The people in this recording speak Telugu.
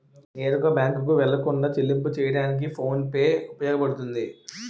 నేరుగా బ్యాంకుకు వెళ్లకుండా చెల్లింపు చెయ్యడానికి ఫోన్ పే ఉపయోగపడుతుంది